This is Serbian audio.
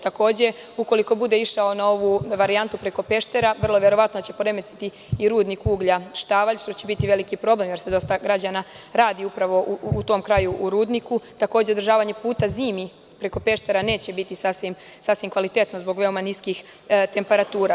Takođe, ukoliko bude išao na ovu varijantu preko Peštera vrlo verovatno će poremetiti i Rudnik uglja „Štavalj“ što će biti veliki problem, jer dosta građana radi upravo u tom kraju, u tom rudniku, a takođe i održavanje puta zimi preko Peštera neće biti sasvim kvalitetno zbog veoma niskih temperatura.